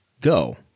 go